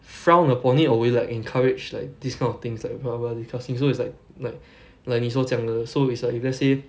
frown upon it or will you like encourage like this kind of things like these kind of things so it's like like like 你所讲的 so is like if let's say